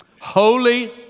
Holy